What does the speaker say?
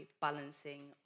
balancing